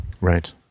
Right